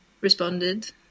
responded